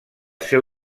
seu